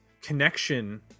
connection